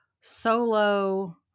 solo